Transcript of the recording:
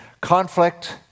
conflict